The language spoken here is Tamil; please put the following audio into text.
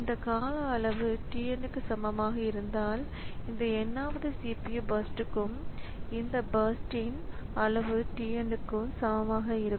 இந்த கால அளவு t n க்கு சமமாக இருந்தால் இந்த n வது CPU பர்ஸ்ட் க்கும் இந்த பர்ஸ்ட் ன் அளவு t n க்கு சமமாக இருக்கும்